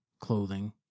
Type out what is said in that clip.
clothing